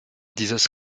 dieses